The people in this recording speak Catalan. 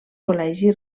col·legi